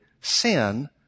sin